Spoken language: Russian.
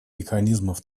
механизмов